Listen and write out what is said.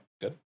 good